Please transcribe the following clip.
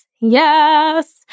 Yes